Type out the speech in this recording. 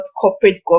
corporate